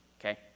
Okay